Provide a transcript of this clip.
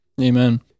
Amen